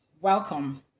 welcome